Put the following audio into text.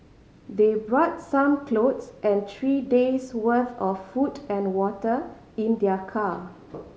they brought some clothes and three days' worth of food and water in their car